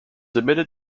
admitted